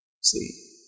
See